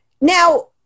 Now